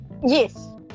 yes